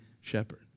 shepherd